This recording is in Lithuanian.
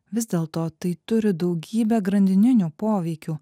vis dėlto tai turi daugybę grandininių poveikių